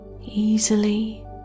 easily